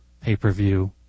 pay-per-view